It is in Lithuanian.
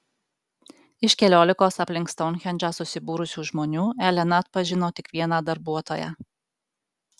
iš keliolikos aplink stounhendžą susibūrusių žmonių elena atpažino tik vieną darbuotoją